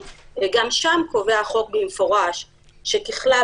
וגם שם קובע החוק במפורש שככלל,